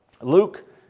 Luke